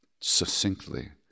succinctly